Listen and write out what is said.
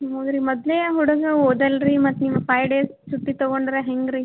ಹ್ಞೂನ್ ರೀ ಮೊದಲೇ ಆ ಹುಡುಗ ಓದಲ್ಲ ರೀ ಮತ್ತೆ ನೀವು ಫೈವ್ ಡೇಸ್ ಛುಟ್ಟಿ ತೊಗೊಂಡ್ರೆ ಹೆಂಗೆ ರೀ